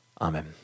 Amen